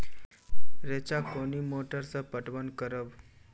रेचा कोनी मोटर सऽ पटवन करव?